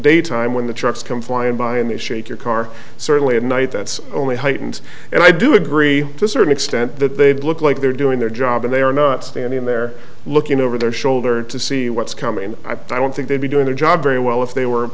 daytime when the trucks come flying by and they shake your car certainly at night that's only heightened and i do agree to certain extent that they'd look like they're doing their job and they are not standing there looking over their shoulder to see what's coming and i don't think they'd be doing their job very well if they were